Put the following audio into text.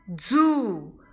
zoo